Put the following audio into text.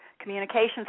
communications